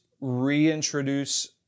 reintroduce